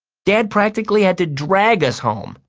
dad practically had to drag us home.